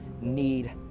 need